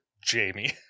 jamie